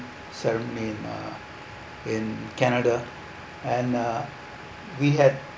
ceremony in uh in canada and uh we had